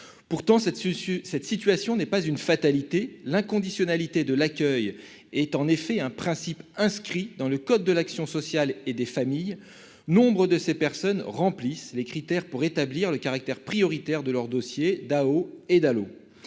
Pourtant, cette situation n'est pas une fatalité. L'inconditionnalité de l'accueil est en effet un principe inscrit dans le code de l'action sociale et des familles. De plus, nombre de ces personnes remplissent les critères permettant d'établir le caractère prioritaire de leur dossier au titre